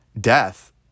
death